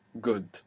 Good